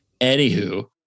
Anywho